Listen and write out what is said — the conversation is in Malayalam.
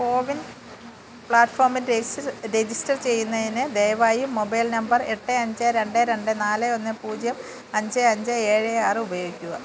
കോവിൻ പ്ലാറ്റ്ഫോമിൽ രജിസ്റ്റർ രജിസ്റ്റർ ചെയ്യുന്നതിന് ദയവായി മൊബൈൽ നമ്പർ എട്ട് അഞ്ച് രണ്ട് രണ്ട് നാല് ഒന്ന് പൂജ്യം അഞ്ച് അഞ്ച് ഏഴ് ആറ് ഉപയോഗിക്കുക